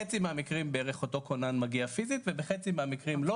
בחצי מהמקרים בערך אותו הכונן מגיע פיזית ובחצי מהמקרים לא,